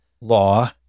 Law